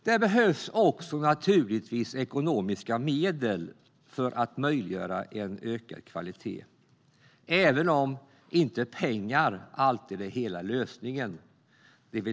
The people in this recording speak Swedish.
Det behövs naturligtvis ekonomiska medel för att möjliggöra en ökad kvalitet, även om pengar inte alltid är hela lösningen.